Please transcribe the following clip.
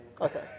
Okay